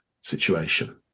situation